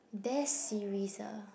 best series ah